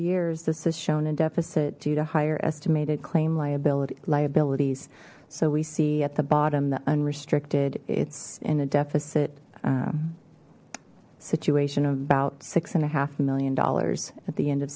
years this has shown a deficit due to higher estimated claim liability liabilities so we see at the bottom the unrestricted it's in a deficit situation of about six and a half a million dollars at the end of